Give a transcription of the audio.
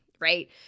right